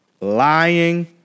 lying